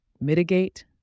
Mitigate